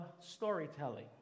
storytelling